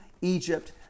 Egypt